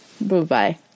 Bye-bye